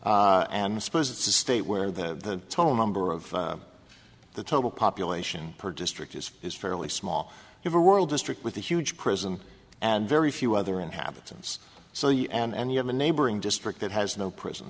and suppose it's a state where the total number of the total population per district is is fairly small ever world district with a huge prison and very few other inhabitants so you and you have a neighboring district that has no prison